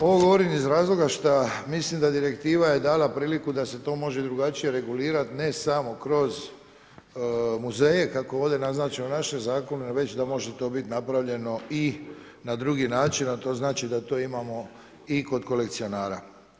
Ovo govorim iz razloga što mislim da direktiva je dala priliku da se to može i drugačije regulirati, ne samo kroz muzeje kako je ovdje naznačeno u našem zakonu, već da može to biti napravljeno i na drugi način, a to znači da to imamo i kod kolekcionara.